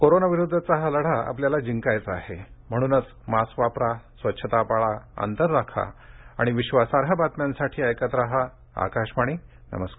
कोरोनाविरुद्धचा हा लढा आपल्याला जिंकायचा आहे म्हणूनच मास्क वापरा स्वच्छता पाळा अंतर राखा आणि विश्वासार्ह बातम्यांसाठी ऐकत रहा आकाशवाणी नमस्कार